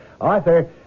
Arthur